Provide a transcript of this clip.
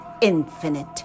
infinite